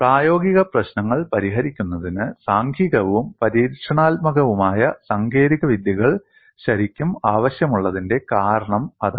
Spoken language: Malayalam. പ്രായോഗിക പ്രശ്നങ്ങൾ പരിഹരിക്കുന്നതിന് സാംഖികവും പരീക്ഷണാത്മകവുമായ സാങ്കേതിക വിദ്യകൾ ശരിക്കും ആവശ്യമുള്ളതിന്റെ കാരണം അതാണ്